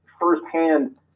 firsthand